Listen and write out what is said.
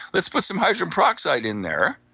let's put some hydrogen peroxide in there.